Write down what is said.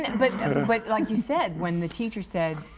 and but like you said, when the teacher said,